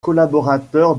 collaborateur